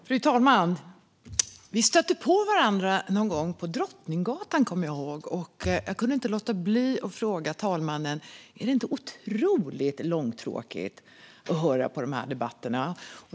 Fru talman! Jag kommer ihåg att vi stötte på varandra någon gång på Drottninggatan, och jag kunde inte låta bli att fråga: Är det inte otroligt långtråkigt att höra på dessa debatter?